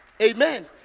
Amen